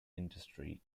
industry